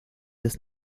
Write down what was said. des